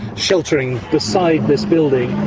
sheltering beside this building.